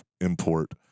import